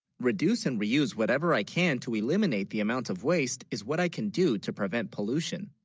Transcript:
reduce and reuse whatever i can to eliminate the amount of waste is what i can, do to prevent pollution